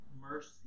mercy